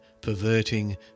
perverting